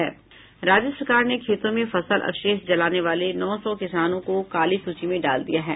राज्य सरकार ने खेतों में फसल अवशेष जलाने वाले नौ सौ किसानों को काली सूची में डाल दिया है